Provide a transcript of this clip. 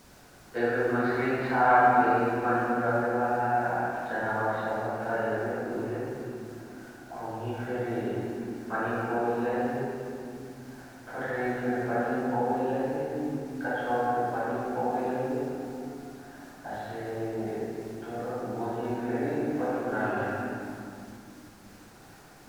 एबे माछारिया छणके पनिया भितरअ रहे वाला एबे उहे घोङहिय फेरी पनिया मा पवेलही । ठोठरिया फेरी पनिया मा पवेलहि, कछुवा वा फेरी पनिया मा पवेलही । हसे तोर गोहिया फेरी पनिया मा रहलही ।